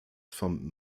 vom